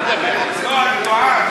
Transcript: מה זה קשור לחוק?